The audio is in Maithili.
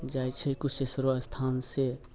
जाइ छै कुशेश्वरो स्थानसँ